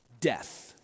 Death